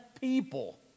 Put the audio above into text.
people